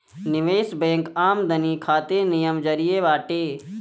निवेश बैंक आमदनी खातिर निमन जरिया बाटे